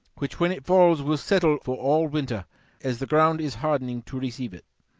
which when it falls will settle for all winter as the ground is hardening to receive it.